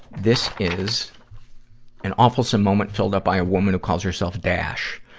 this is an awfulsome moment filled out by a woman who calls herself dash.